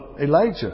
Elijah